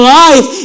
life